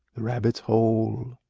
the rabbit's hole.